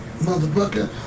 Motherfucker